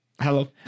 hello